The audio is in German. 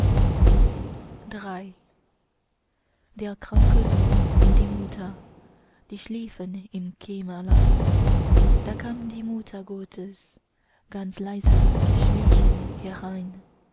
der kranke sohn und die mutter die schliefen im kämmerlein da kam die mutter gottes ganz leise geschritten herein